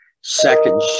second